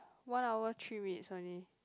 one hour three rates only